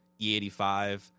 E85